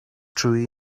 true